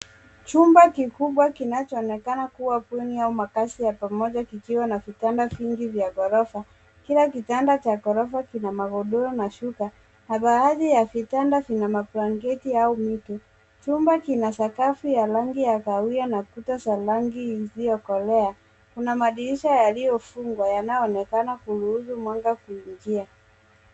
Chumba kikubwa kinachoonekana kuwa bweni au makazi ya pamoja kikiwa na kitanda kingi vya ghorofa. Kila kitanda cha ghorofa kina magodoro na shuka na baadhi ya vitanda vina mablanketi au mito. Chumba kina sakafu ya rangi ya kahawia na kuta za rangi iliyokolea. Kuna madirisha yaliyofungwa yanayoonekana kuruhusu mwanga kuingia.